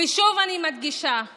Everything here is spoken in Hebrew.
ושוב אני מדגישה,